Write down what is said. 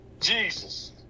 Jesus